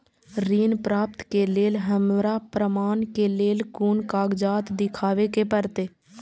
ऋण प्राप्त के लेल हमरा प्रमाण के लेल कुन कागजात दिखाबे के परते?